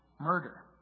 murder